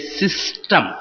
system